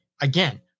Again